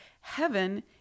heaven